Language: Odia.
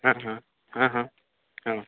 ହାଁ ହାଁ ହାଁ ହାଁ ହାଁ